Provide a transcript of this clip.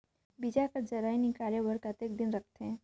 बीजा ला जराई निकाले बार कतेक दिन रखथे?